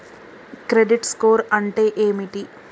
Credit score అంటే ఏమిటి?